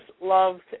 loved